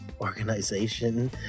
Organization